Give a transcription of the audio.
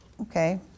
okay